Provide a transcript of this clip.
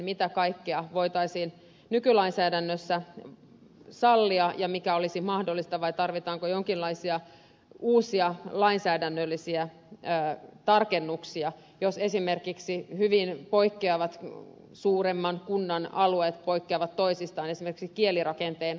mitä kaikkea voitaisiin nykylainsäädännössä sallia ja mikä olisi mahdollista vai tarvitaanko jonkinlaisia uusia lainsäädännöllisiä tarkennuksia jos esimerkiksi hyvin erilaiset suuremman kunnan alueet poikkeavat toisistaan esimerkiksi kielirakenteen kautta